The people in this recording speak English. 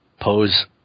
pose